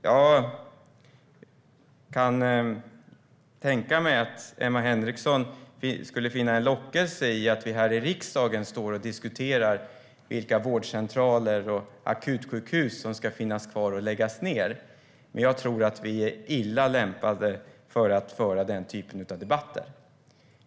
Jag kan tänka mig att Emma Henriksson skulle finna en lockelse i att vi här i riksdagen står och diskuterar vilka vårdcentraler och akutsjukhus som ska finnas kvar eller läggas ned, men jag tror att vi är illa lämpade att föra den typen av debatter.